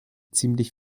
ziemlich